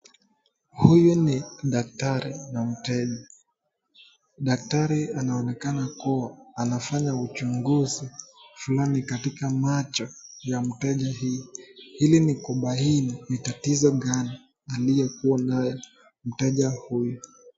Huyu ni daktari na mteja, daktari anaonekana kuwa anafanya uchunguzi Fulani katika macho ya mteja ili kubaini ni tatizo gani aliyokuwa nayo mteja huyu.